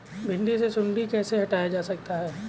भिंडी से सुंडी कैसे हटाया जा सकता है?